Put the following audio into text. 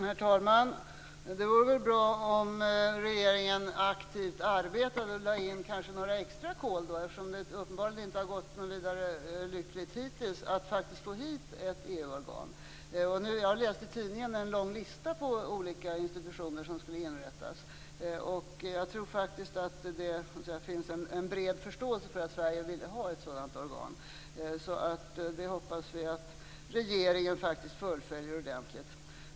Herr talman! Det vore väl bra om regeringen arbetade aktivt och kanske lade på några extra kol, eftersom det uppenbarligen hittills inte har gått så bra att få hit ett EU-organ. Jag läste i tidningen en lång lista över olika institutioner som skulle inrättas, och jag tror att det finns en bred förståelse för att Sverige vill ha ett sådant organ. Vi får hoppas att regeringen fullföljer detta ordentligt.